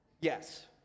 Yes